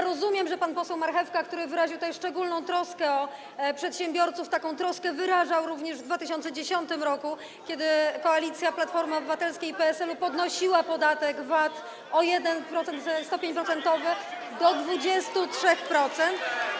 Rozumiem, że pan poseł Marchewka, który wyraził tutaj szczególną troskę o przedsiębiorców, taką troskę wyrażał również w 2010 r., kiedy koalicja Platformy Obywatelskiej i PSL podnosiła podatek VAT o 1%, stopień procentowy, do 23%.